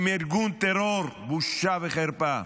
בושה וחרפה.